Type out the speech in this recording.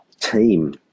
team